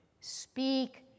Speak